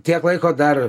kiek laiko dar